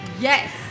Yes